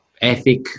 ethic